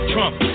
Trump